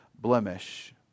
blemish